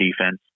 defense